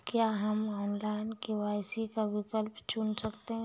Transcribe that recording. क्या हम online KYC का विकल्प चुन सकते हैं?